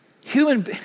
Human